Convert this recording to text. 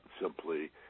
simply